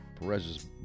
Perez's